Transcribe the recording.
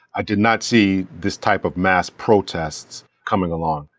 i did not see this type of mass protests coming along,